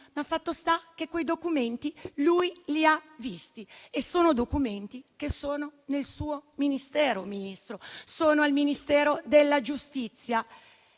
Fatto sta che quei documenti lui li ha visti; e sono documenti che sono nel suo Ministero, Ministro, sono al Ministero della giustizia.